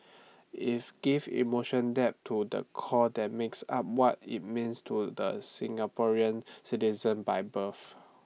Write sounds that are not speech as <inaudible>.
<noise> if gives emotion depth to the core that makes up what IT means to the Singaporean citizens by birth